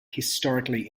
historically